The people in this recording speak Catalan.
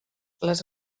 les